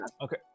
Okay